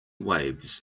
waves